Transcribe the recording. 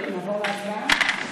נעבור להצבעה?